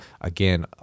again